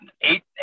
eight